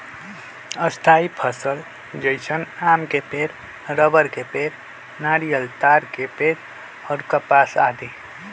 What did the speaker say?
स्थायी फसल जैसन आम के पेड़, रबड़ के पेड़, नारियल, ताड़ के पेड़ और कपास आदि